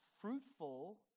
fruitful